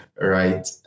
right